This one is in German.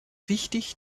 wichtig